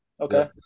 Okay